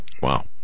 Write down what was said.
Wow